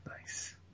Nice